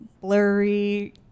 blurry